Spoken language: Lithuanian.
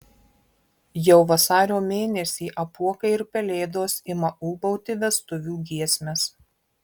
jau vasario mėnesį apuokai ir pelėdos ima ūbauti vestuvių giesmes